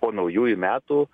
po naujųjų metų